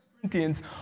Corinthians